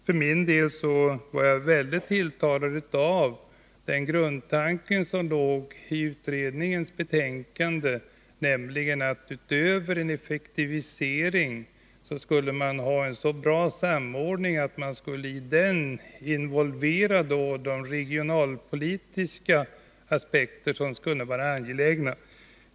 För min del var jag mycket tilltalad av grundtanken i utredningens betänkande, nämligen att man utöver en effektivisering skulle få en så bra samordning att man i den skulle kunna involvera de regionalpolitiska aspekter som kunde vara angelägna.